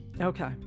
Okay